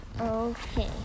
okay